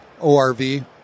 ORV